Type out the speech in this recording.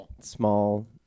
small